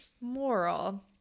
moral